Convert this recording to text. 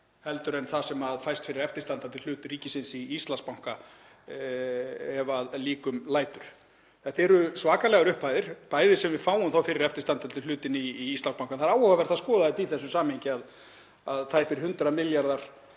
hærri en það sem fæst fyrir eftirstandandi hlut ríkisins í Íslandsbanka ef að líkum lætur. Þetta eru svakalegar upphæðir sem við fáum fyrir eftirstandandi hlut í Íslandsbanka en það er áhugavert að skoða þetta í því samhengi að tæpir 100 milljarðar